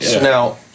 Now